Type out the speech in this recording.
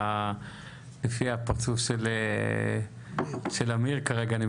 לפי הפרצוף של אמיר כרגע.